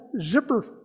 zipper